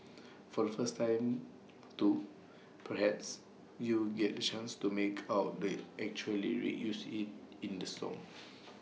for the first time too perhaps you'll get the chance to make out the actual lyrics used in in the song